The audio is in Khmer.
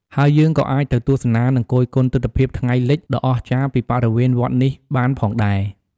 ហើយយើងក៏អាចទៅទស្សនានឹងគយគន់ទិដ្ឋភាពថ្ងៃលិចដ៏អស្ចារ្យពីបរិវេណវត្តនេះបានផងដែរ ។